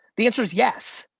the answer's yes.